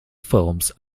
films